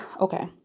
Okay